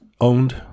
owned